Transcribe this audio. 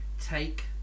take